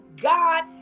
God